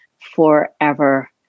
forever